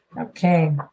Okay